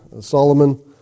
Solomon